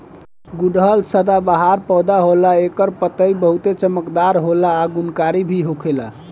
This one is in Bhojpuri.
गुड़हल सदाबाहर पौधा होला एकर पतइ बहुते चमकदार होला आ गुणकारी भी होखेला